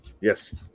Yes